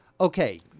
okay